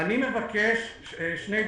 שני דברים: